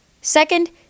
Second